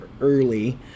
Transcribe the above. early